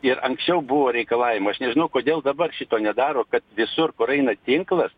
ir anksčiau buvo reikalavimas aš nežinau kodėl dabar šito nedaro kad visur kur eina tinklas